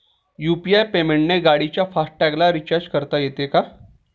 UPI पेमेंटने गाडीच्या fast टॅगला रिर्चाज करता येते का?